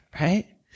right